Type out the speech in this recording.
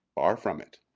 far from it.